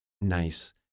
nice